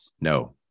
No